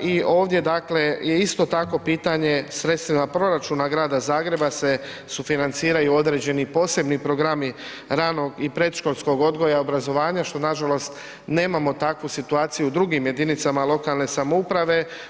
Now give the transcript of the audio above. i ovdje dakle je isto tako pitanje sredstvima proračuna grada Zagreba se sufinanciraju određeni posebni programi ranog i predškolskog odgoja i obrazovanja što nažalost, nemamo takvu situaciju u drugim jedinicama lokalne samouprave.